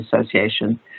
Association